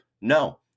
No